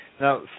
now